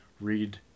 Read